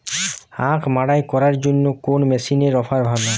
আখ মাড়াই করার জন্য কোন মেশিনের অফার ভালো?